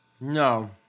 No